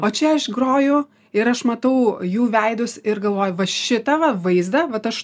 o čia aš groju ir aš matau jų veidus ir galvoju va šitą va vaizdą vat aš